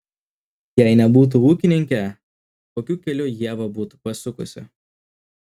jei nebūtų ūkininkė kokiu keliu ieva būtų pasukusi